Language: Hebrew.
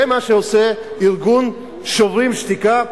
זה מה שעושה ארגון "שוברים שתיקה",